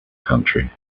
country